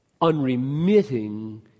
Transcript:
unremitting